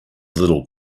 little